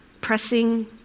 pressing